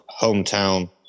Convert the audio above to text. hometown